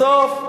בסוף,